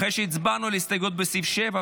אחרי שהצבענו על ההסתייגויות לסעיף 7,